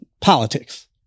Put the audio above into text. politics